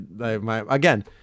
again